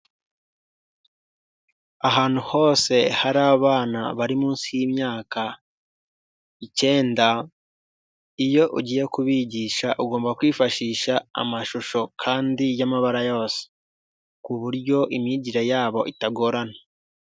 Ahantu hose hari abana bari munsi y'imyaka ikenda, iyo ugiye kubigisha ugomba kwifashisha amashusho kandi y'amabara yose, ku buryo imyigire yabo itagorana.